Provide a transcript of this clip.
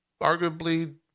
arguably